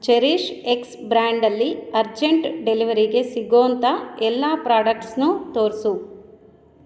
cherish x ಬ್ರ್ಯಾಂಡಲ್ಲಿ urgent ಡೆಲಿವರಿಗೆ ಸಿಗೋಂಥ ಎಲ್ಲ ಪ್ರಾಡಕ್ಟ್ಸನ್ನೂ ತೋರಿಸು